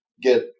get